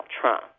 Trump